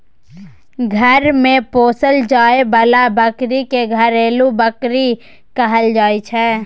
घर मे पोसल जाए बला बकरी के घरेलू बकरी कहल जाइ छै